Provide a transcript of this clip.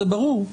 זה ברור.